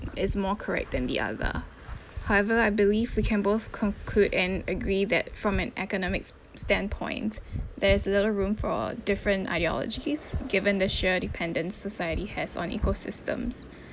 is more correct than the other however I believe we can both conclude and agree that from an economics standpoint there is little room for different ideologies given the sheer dependent society has on ecosystems